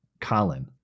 Colin